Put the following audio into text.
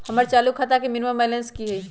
हमर चालू खाता के मिनिमम बैलेंस कि हई?